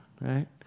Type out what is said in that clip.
right